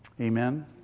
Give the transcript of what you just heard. Amen